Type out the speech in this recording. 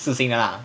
四星的 lah